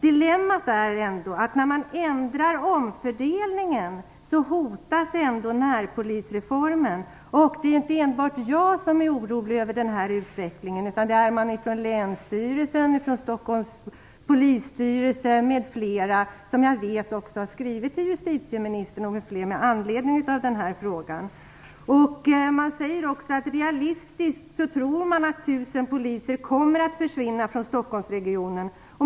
Dilemmat är ändå att när man ändrar omfördelningen, så hotas ändå närpolisreformen. Det är inte enbart jag som är orolig över denna utveckling, utan det är man också från bl.a. länsstyrelsens och Stockholms polisstyrelses sida, vilka jag också vet har skrivit till justitieministern med anledning av denna fråga. Man säger också att det är realistiskt att tro att 1 000 poliser kommer att försvinna från Stockholmsregionen.